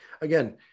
again